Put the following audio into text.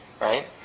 right